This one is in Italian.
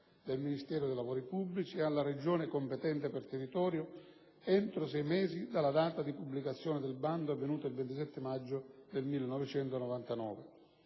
del Ministero dei lavori pubblici e alla Regione competente per territorio entro sei mesi dalia data di pubblicazione del bando avvenuta il 27 maggio 1999.